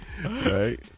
Right